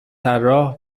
طراح